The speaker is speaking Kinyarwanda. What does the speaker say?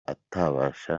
atabasha